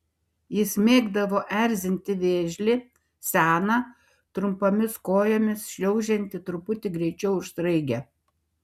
jis mėgdavo erzinti vėžlį seną trumpomis kojomis šliaužiantį truputį greičiau už sraigę